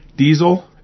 Diesel